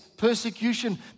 Persecution